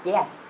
Yes